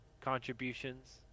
contributions